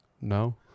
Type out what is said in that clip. no